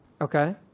Okay